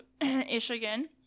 Michigan